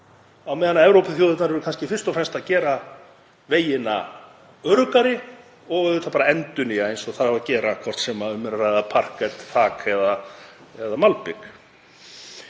á meðan Evrópuþjóðirnar eru kannski fyrst og fremst að gera vegina öruggari og auðvitað endurnýja eins og þarf að gera, hvort sem um er að ræða parket, þak eða malbik.